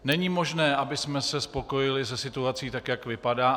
Není možné, abychom se spokojili se situací, jak vypadá.